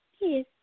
Yes